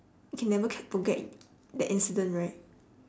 you can never ca~ forget that incident right